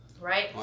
Right